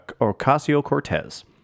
Ocasio-Cortez